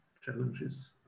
challenges